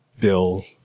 Bill